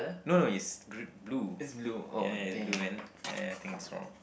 no no is gr~ blue ya ya it's blue and ya I think it's wrong